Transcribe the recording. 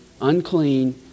unclean